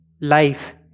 life